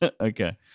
okay